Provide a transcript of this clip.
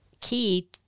key